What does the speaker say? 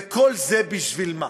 וכל זה בשביל מה?